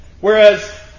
Whereas